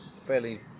fairly